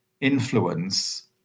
influence